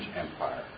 empire